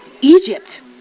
egypt